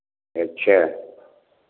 अच्छा